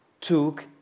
took